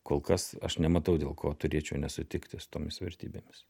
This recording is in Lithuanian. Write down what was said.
kol kas aš nematau dėl ko turėčiau nesutikti su tomis vertybėmis